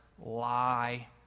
lie